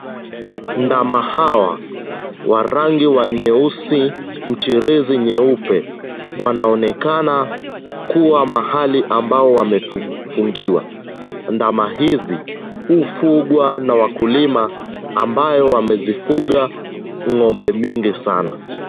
Ndama hawa wa rangi wa nyeusi, mchirizi nyeupe, wanaonekana kuwa mahali ambao wamefungiwa. Ndama hizi hufugwa na wakulima, ambayo wamezifuga ng'ombe mingi sana.